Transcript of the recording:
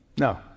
No